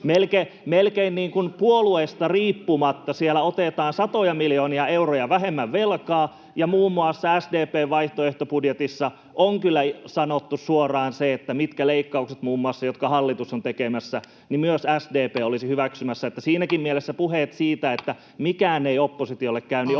Peltokankaan välihuuto] siellä otetaan satoja miljoonia euroja vähemmän velkaa. Muun muassa SDP:n vaihtoehtobudjetissa on kyllä sanottu suoraan se, mitkä muun muassa niistä leikkauksista, jotka hallitus on tekemässä, myös SDP olisi hyväksymässä. Siinäkin mielessä puheet siitä, että mikään ei oppositiolle käy, [Puhemies: